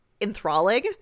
enthralling